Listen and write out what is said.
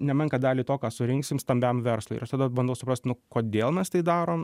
nemenką dalį to ką surinksim stambiam verslui ir tada bandau suprast kodėl mes tai darom